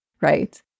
right